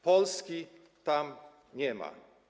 Polski tam nie ma.